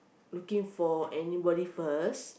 looking for anybody first